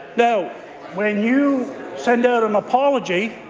now when you send out an apology,